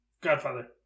Godfather